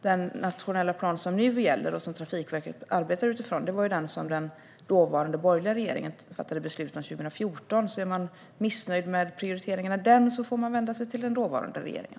Den nuvarande nationella planen, som Trafikverket arbetar utifrån, fattade den dåvarande borgerliga regeringen beslut om 2014. Om man är missnöjd med prioriteringarna i den får man vända sig till den dåvarande regeringen.